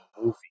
movie